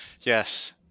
Yes